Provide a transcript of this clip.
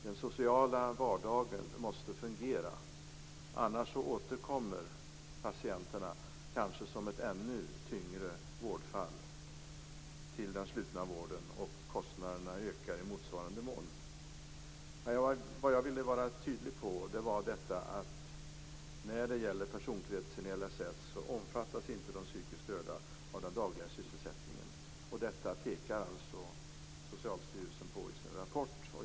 Den sociala vardagen måste fungera, annars återkommer patienterna till den slutna vården, kanske som ännu tyngre vårdfall, och kostnaderna ökar i motsvarande mån. Jag ville vara tydlig i att vad gäller personkretsen i LSS omfattas inte de psykiskt störda av den dagliga sysselsättningen. Detta pekar alltså Socialstyrelsen på i sin rapport.